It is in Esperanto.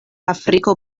afriko